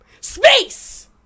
space